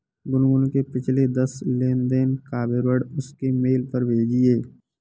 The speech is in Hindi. गुनगुन के पिछले दस लेनदेन का विवरण उसके मेल पर भेजिये